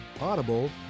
Audible